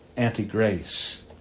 anti-grace